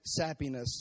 sappiness